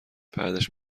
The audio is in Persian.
بعدش